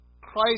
Christ